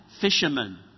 fishermen